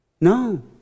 No